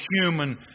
human